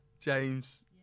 James